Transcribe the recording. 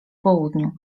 południu